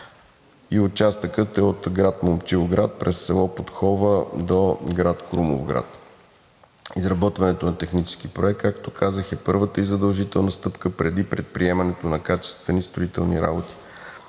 И участъкът е от град Момчилград през село Подкова до град Крумовград. Изработването на технически проект, както казах, е първата и задължителна стъпка преди предприемането на качествени строителни работи.